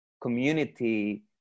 community